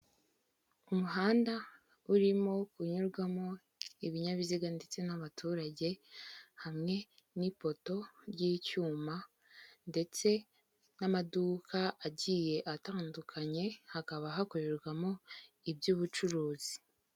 Umuhanda urimo kunyurwamo ibinyabiziga ndetse n'abaturage, hamwe ni ipoto ry'icyuma ndetse n'amaduka agiye atandukanye; hakaba hakorerwamo iby'ubucuruzi.